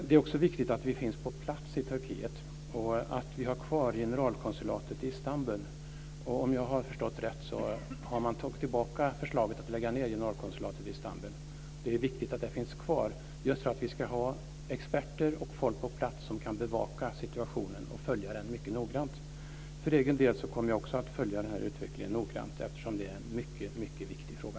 Det är också viktig att vi finns på plats i Turkiet och att vi har kvar generalkonsulatet i Istanbul. Om jag har förstått rätt har man tagit tillbaka förslaget att lägga ned generalkonsulatet i Istanbul. Det är viktigt att det finns kvar just för att vi ska ha experter och folk på plats som kan bevaka situationen och följa den mycket noggrant. För egen del kommer jag också att följa utvecklingen noggrant eftersom det är en mycket viktig fråga.